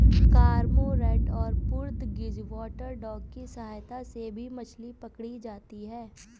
cormorant और Portuguese water dog की सहायता से भी मछली पकड़ी जाती है